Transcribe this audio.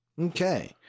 Okay